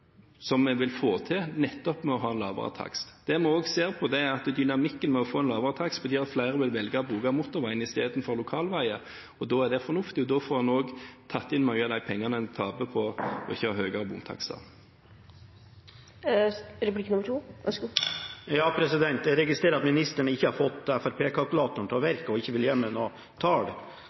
som vi vil få til nettopp ved å ha lavere takst. Det vi også ser på, er at dynamikken ved å få en lavere takst betyr at flere vil velge å bruke motorveien i stedet for lokalveier, og da er det fornuftig, og da får en også tatt inn mye av de pengene en taper på ikke å ha høyere bomtakster. Jeg registrerer at ministeren ikke har fått Fremskrittsparti-kalkulatoren til å virke og ikke vil gi meg noen tall.